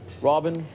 Robin